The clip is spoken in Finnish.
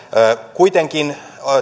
kuitenkin